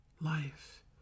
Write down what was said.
life